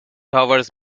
towards